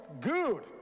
good